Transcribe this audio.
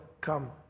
come